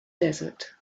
desert